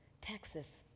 Texas